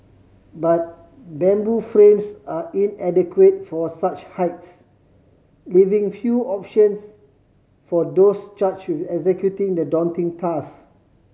but bamboo frames are inadequate for such heights leaving few options for those charged with executing the daunting task